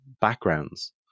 backgrounds